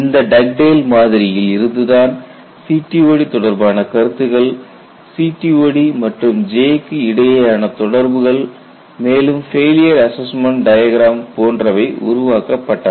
இந்த Dugdale Dugdale's model மாதிரியில் இருந்துதான் CTOD தொடர்பான கருத்துக்கள் CTOD மற்றும் J க்கு இடையேயான தொடர்புகள் மேலும் ஃபெயிலியர் அசஸ்மெண்ட் டயக்ராம் போன்றவை உருவாக்கப்பட்டன